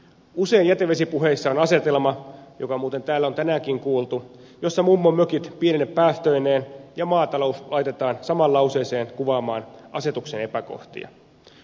usein jätevesipuheissa on asetelma joka muuten täällä on tänäänkin kuultu jossa mummonmökit pienine päästöineen ja maatalous laitetaan samaan lauseeseen kuvaamaan asetuksen epäkohtia